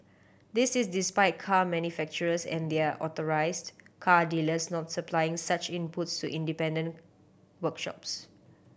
this is despite car manufacturers and their authorised car dealers not supplying such inputs to independent workshops